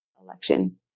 election